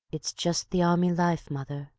it's just the army life, mother,